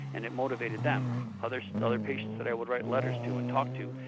and it motivated them. ah other so other patients that i would write letters to and talk to,